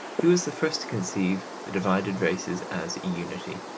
he was the first to conceive the divided races as a unity.